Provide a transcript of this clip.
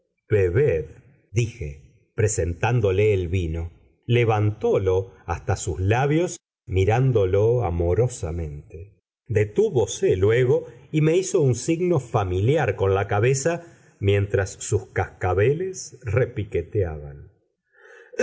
dije presentándole el vino levantólo hasta sus labios mirándolo amorosamente detúvose luego y me hizo un signo familiar con la cabeza mientras sus cascabeles repiqueteaban